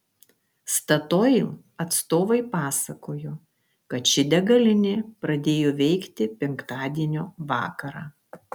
statoil atstovai pasakojo kad ši degalinė pradėjo veikti penktadienio vakarą